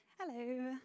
Hello